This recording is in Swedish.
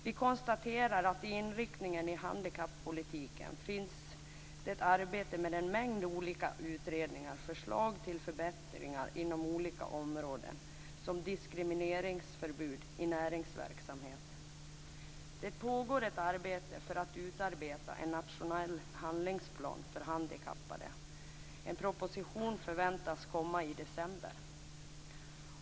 Vi konstaterar att det inom handikappolitiken pågår arbete med en mängd olika utredningar och förslag till förbättringar inom olika områden, som diskrimineringsförbud i näringsverksamhet. Det pågår ett arbete för att utforma en nationell handlingsplan för handikappade. En proposition förväntas komma i december.